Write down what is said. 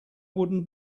wooden